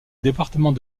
département